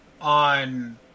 on